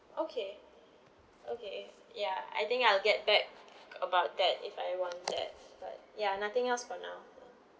okay okay ya I think I'll get back about that if I want that but ya nothing else for now